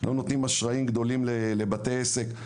לא נותנים אשראים גדולים לבתי עסק,